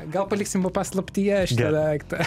gal paliksim paslaptyje šitą daiktą